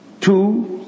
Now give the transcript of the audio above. Two